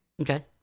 Okay